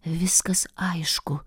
viskas aišku